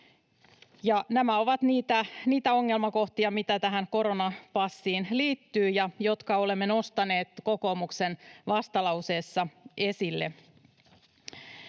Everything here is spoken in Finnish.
Nämä ovat niitä ongelmakohtia, joita tähän koronapassiin liittyy ja jotka olemme nostaneet kokoomuksen vastalauseessa esille.